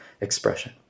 expression